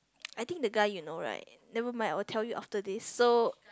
I think the guy you know right never mind I will tell you after this so